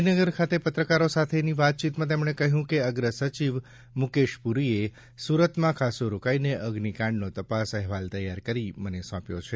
ગાંધીનગર ખાતે પત્રકારો સાથે વાત કરતાં તેમણે કહ્યું હતું કે અગ્રસચિવ મુકેશ પુરીએ સુરતમાં ખાસ્સું રોકાઈને અગ્નિકાંડનો તપાસ અહેવાલ તૈયાર કરી મને સોંપ્યો છે